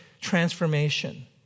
transformation